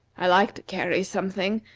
i like to carry something,